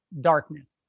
darkness